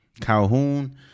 Calhoun